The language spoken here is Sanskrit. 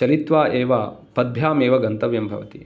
चलित्वा एव पदभ्यामेव गन्तव्यं भवति